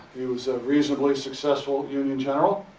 he was a reasonably successful of union general.